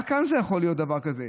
רק כאן זה יכול להיות דבר כזה.